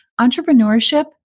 entrepreneurship